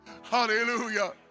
Hallelujah